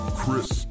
chris